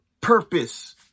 purpose